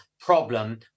problem